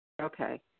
Okay